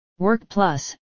WorkPlus